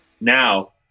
now